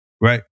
right